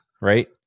right